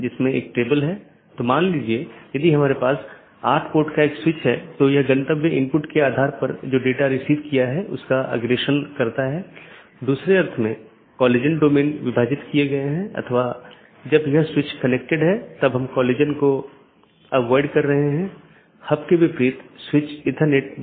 इसलिए चूंकि यह एक पूर्ण मेश है इसलिए पूर्ण मेश IBGP सत्रों को स्थापित किया गया है यह अपडेट को दूसरे के लिए प्रचारित नहीं करता है क्योंकि यह जानता है कि इस पूर्ण कनेक्टिविटी के इस विशेष तरीके से अपडेट का ध्यान रखा गया है